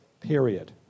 period